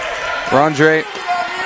Rondre